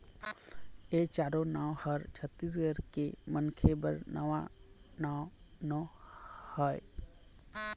ए चारो नांव ह छत्तीसगढ़ के मनखे बर नवा नांव नो हय